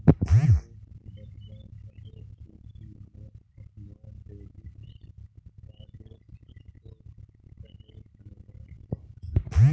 ति मोक बतवा सक छी कि मोर अपनार डेबिट कार्डेर स्कोर कँहे जनवा सक छी